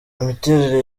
imiterere